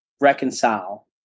reconcile